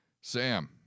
Sam